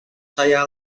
saya